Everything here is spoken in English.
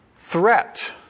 threat